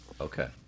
Okay